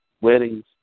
weddings